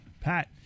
Pat